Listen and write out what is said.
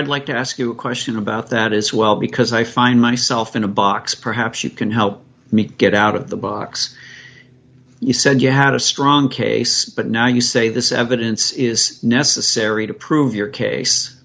i'd like to ask you a question about that as well because i find myself in a box perhaps you can help me get out of the box you said you had a strong case but now you say this evidence is necessary to prove your case